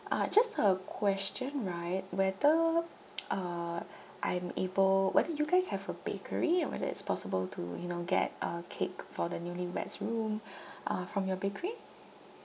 uh just a question right whether uh I'm able whether you guys have a bakery or whether it's possible to you know get a cake for the newlyweds' room uh from your bakery